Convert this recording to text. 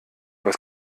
was